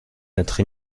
notre